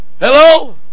hello